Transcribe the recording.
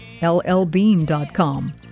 LLbean.com